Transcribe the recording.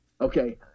Okay